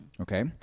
Okay